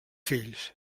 fills